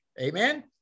Amen